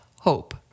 hope